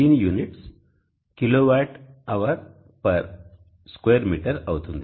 దీని units kilowatt hour per square metre అవుతుంది